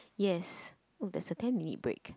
yes oh there's a ten minute break